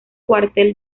cuartel